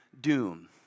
doom